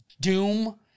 doom